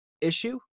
issue